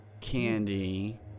Candy